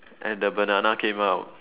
and the banana came out